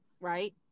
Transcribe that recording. right